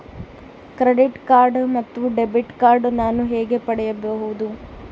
Credit card ಮತ್ತು debit card ನಾನು ಹೇಗೆ ಪಡೆಯಬಹುದು?